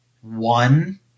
one